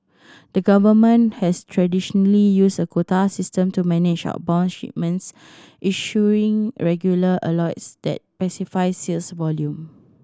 the government has traditionally used a quota system to manage outbound shipments issuing regular that specify sales volume